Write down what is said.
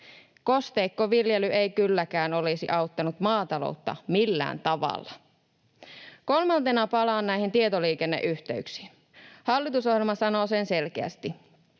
Kosteikkoviljely ei kylläkään olisi auttanut maataloutta millään tavalla. Kolmantena, palaan näihin tietoliikenneyhteyksiin. Hallitusohjelma sanoo sen selkeästi: